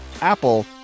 Apple